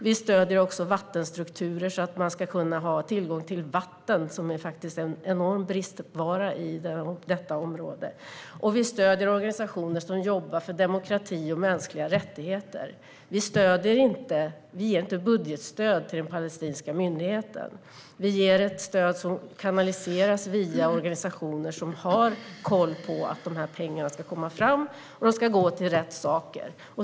Vi stöder vattenstrukturer, så att man ska kunna ha tillgång till vatten, en enorm bristvara i detta område. Vi stöder organisationer som jobbar för demokrati och mänskliga rättigheter. Men vi ger inte budgetstöd till den palestinska myndigheten. Vi ger ett stöd som kanaliseras via organisationer som har koll på att de här pengarna kommer fram och går till rätt saker.